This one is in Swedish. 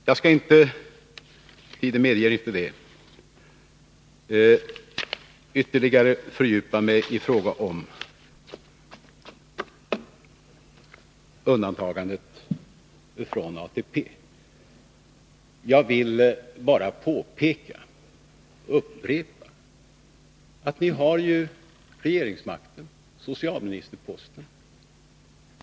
Jag skall inte — tiden medger inte det — ytterligare fördjupa mig i fråga om undantagandet från ATP. Jag vill bara upprepa, att ni ju har regeringsmakten och socialministerposten.